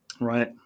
right